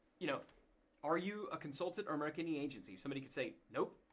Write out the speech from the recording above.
you know are you a consultant or marketing agency? somebody could say, nope.